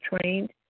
trained